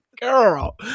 Girl